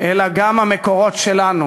אלא גם המקורות שלנו.